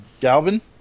Galvin